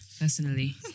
personally